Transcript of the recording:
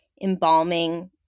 embalming